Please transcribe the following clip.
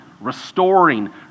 restoring